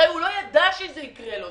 הרי הוא לא ידע שזה יקרה לו.